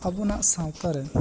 ᱟᱵᱚᱱᱟᱜ ᱥᱟᱶᱛᱟ ᱨᱮ